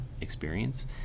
experience